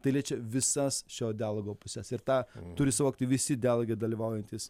tai liečia visas šio dialogo puses ir tą turi suvokti visi dialoge dalyvaujantys